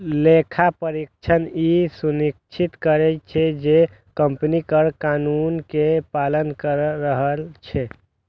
लेखा परीक्षक ई सुनिश्चित करै छै, जे कंपनी कर कानून के पालन करि रहल छै